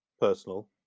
personal